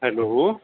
hello